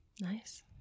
Nice